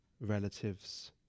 relatives